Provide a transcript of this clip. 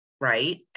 Right